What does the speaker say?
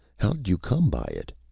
how did you come by it?